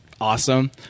awesome